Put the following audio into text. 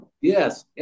Yes